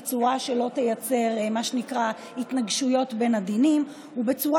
בצורה שלא תייצר התנגשויות בין הדינים ובצורה